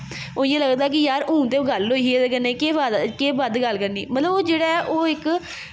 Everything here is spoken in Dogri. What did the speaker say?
ओह् इ'यां लगदा कि यार हून ते गल्ल होई ही एह्दे कन्नै हून केह् फायदा केह् बद्ध गल्ल करनी मतलब ओह् जेह्ड़ा ऐ ओह् इक